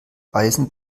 eisen